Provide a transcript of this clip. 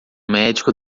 médico